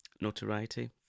notoriety